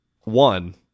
One